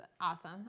awesome